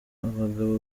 abagabo